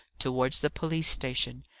towards the police-station,